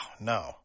no